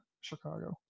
Chicago